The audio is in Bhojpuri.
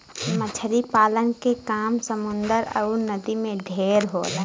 मछरी पालन के काम समुन्दर अउर नदी में ढेर होला